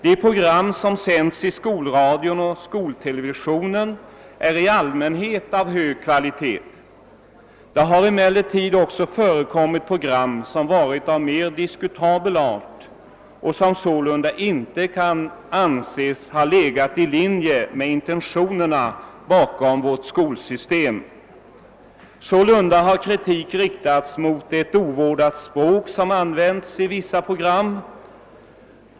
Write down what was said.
De program som sänds i skolradion och skoltelevisionen är i allmänhet av hög kvalitet. Det har emellertid också förekommit program som varit av mer diskutabel art och som sålunda inte kan anses ha legat i linje med intentionerna bakom vårt skolsystem. Sålunda har kritik riktats mot ett ovårdat språk som använts i vissa program.